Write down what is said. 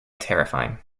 terrifying